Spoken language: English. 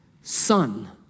Son